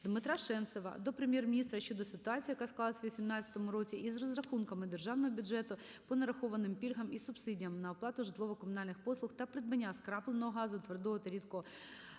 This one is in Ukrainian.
Дмитра Шенцева до Прем'єр-міністра щодо ситуації, яка склалась у 2018 році із розрахунками Державного бюджету по нарахованим пільгам і субсидіям на оплату житлово-комунальних послуг та придбання скрапленого газу, твердого та рідкого